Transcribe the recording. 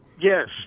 Yes